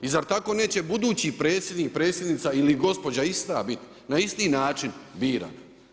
I zar tako neće budući predsjednik, predsjednica, ili gospođa ista biti, na isti način birana?